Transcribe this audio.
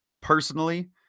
personally